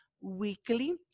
weekly